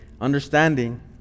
Understanding